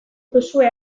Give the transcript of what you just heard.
duzue